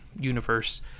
universe